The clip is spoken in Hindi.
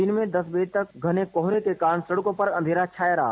दिन में दस बजे तक घने कोहरे के कारण सड़कों पर अंधेरा छाया रहा